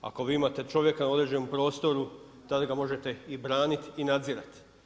Ako vi imate čovjeka u određenom prostoru tad ga možete i branit i nadzirati.